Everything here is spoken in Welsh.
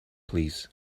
plîs